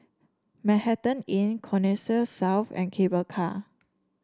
Manhattan Inn Connexis South and Cable Car